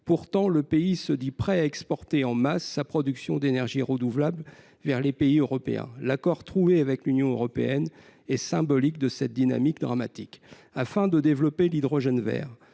Pourtant, leur pays se dit prêt à exporter en masse sa production d'énergies renouvelables vers les États européens. L'accord trouvé avec l'Union européenne est symbolique de cette dynamique dramatique. Afin de développer l'hydrogène vert,